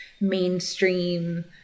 mainstream